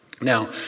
Now